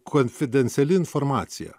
konfidenciali informacija